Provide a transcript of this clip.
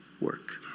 work